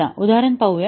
चला उदाहरण पाहूया